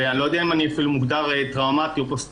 אני לא יודע אם אני אפילו מוגדר טראומטי או פוסט